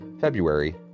February